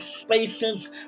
spaces